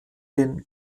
den